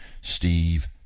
Steve